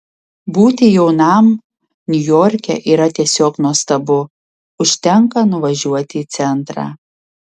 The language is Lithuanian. būti jaunam niujorke yra tiesiog nuostabu užtenka nuvažiuoti į centrą